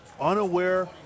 unaware